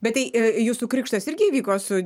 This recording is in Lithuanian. bet tai jūsų krikštas irgi įvyko su